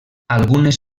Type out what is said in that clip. algunes